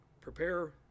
prepare